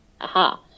Aha